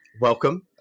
welcome